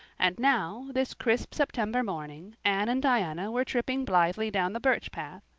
and now, this crisp september morning, anne and diana were tripping blithely down the birch path,